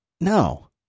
No